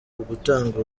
ugutanga